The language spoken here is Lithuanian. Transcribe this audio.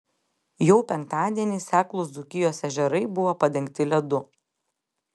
jau penktadienį seklūs dzūkijos ežerai buvo padengti ledu